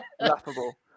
laughable